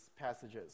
passages